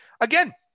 again